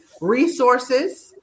resources